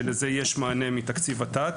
לזה יש מענה מתקציב ות"ת.